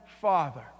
Father